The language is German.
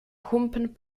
humpen